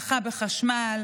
הנחה בחשמל,